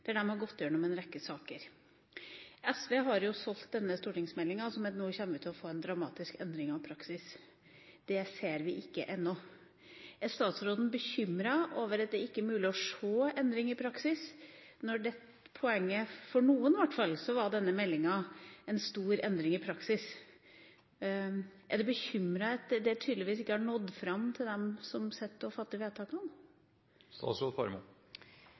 der de har gått igjennom en rekke saker. SV har jo solgt denne stortingsmeldinga som at nå kommer vi til å få en dramatisk endring av praksis. Det har vi ikke sett ennå. Er statsråden bekymret over at det ikke er mulig å se endring av praksis? For i hvert fall noen innebar denne meldinga en stor endring av praksis. Er statsråden bekymret over at dette tydeligvis ikke har nådd fram til dem som sitter og fatter vedtakene?